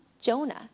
Jonah